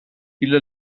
viele